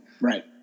right